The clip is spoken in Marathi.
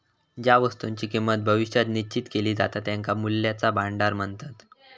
ज्या वस्तुंची किंमत भविष्यात निश्चित केली जाता त्यांका मूल्याचा भांडार म्हणतत